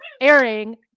airing